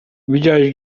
widziałeś